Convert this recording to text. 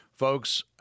Folks